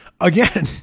again